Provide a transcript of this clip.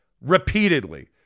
repeatedly